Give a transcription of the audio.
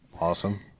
awesome